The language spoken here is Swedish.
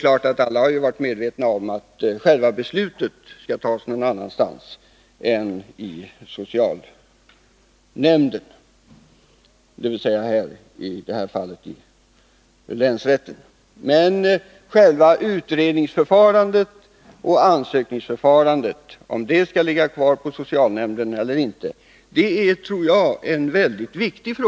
Alla har självfallet varit medvetna om att själva beslutet skall fattas någon annanstans än i socialnämnden, dvs. i det här fallet i länsrätten. Men om själva utredningsoch ansökningsförfarandet skall ligga kvar hos socialnämnden eller inte tror jag är en mycket viktig sak.